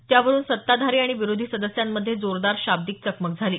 त्यावरुन सत्ताधारी आणि विरोधी सदस्यांमध्ये जोरदार शाब्दिक चकमक झाली